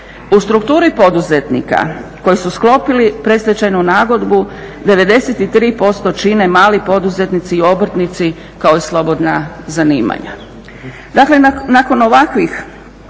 U strukturi poduzetnika koji su sklopili predstečajnu nagodbu 93% čine mali poduzetnici i obrtnici kao i slobodna zanimanja.